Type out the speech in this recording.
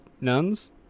nuns